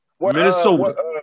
Minnesota